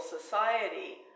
society